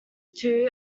two